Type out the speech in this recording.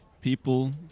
people